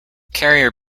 carrier